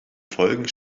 folgen